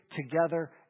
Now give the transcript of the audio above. together